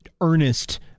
earnest